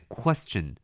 question